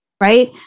right